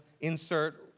insert